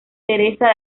teresa